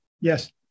Yes